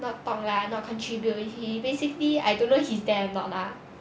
not talk lah not contribute he basically I don't know he's there or not lah